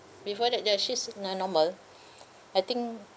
before that ya she's nor~ normal I think